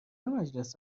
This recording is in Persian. مجلس